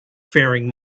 faring